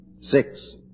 six